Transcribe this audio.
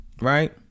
right